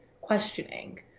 questioning